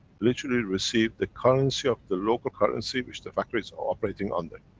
literally, receive the currency of the local currency which the factories are operating under.